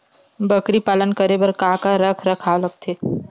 बकरी पालन करे बर काका रख रखाव लगथे?